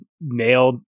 nailed